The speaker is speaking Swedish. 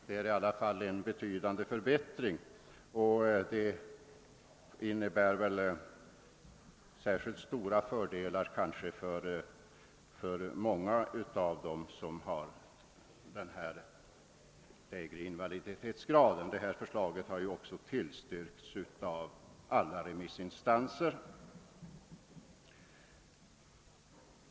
Det är i alla fall fråga om en betydande förbättring, som innebär stora fördelar för många av dem som har den lägre invaliditetsgraden. Detta förslag har också tillstyrkts av alla remissinstanser.